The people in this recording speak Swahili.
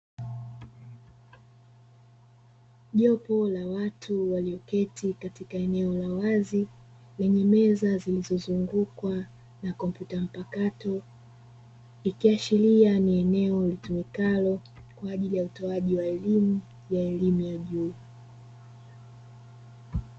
Jopo la watu walioketi katika eneo la wazi lenye meza zilizozungukwa na kompyuta mpakato, ikiashiria ni eneo litumikalo kwa ajili ya utoaji wa elimu ya elimu ya juu.